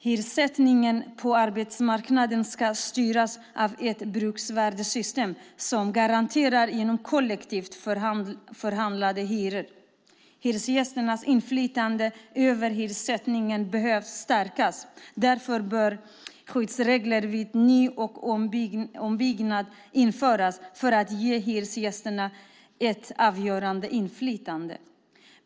Hyressättningen på bostadsmarknaden ska styras av ett bruksvärdessystem som garanteras genom kollektivt förhandlade hyror. Hyresgästernas inflytande över hyressättningen behöver stärkas. Därför bör skyddsregler vid ny och ombyggnad införas för att ge hyresgästerna ett avgörande inflytande.